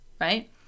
right